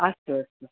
अस्तु अस्तु